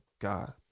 god